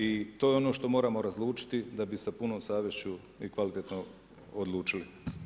I to je ono što moramo razlučiti da bi sa punom savješću i kvalitetno odlučili.